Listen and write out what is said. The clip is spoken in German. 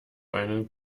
einen